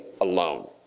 alone